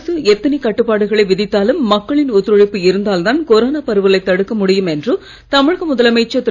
அரசு எத்தனை கட்டுப்பாடுகளை விதித்தாலும் மக்களின் ஒத்துழைப்பு இருந்தால்தான் கொரோனா பரவலைத் தடுக்க முடியும் என்று தமிழக முதலமைச்சர் திரு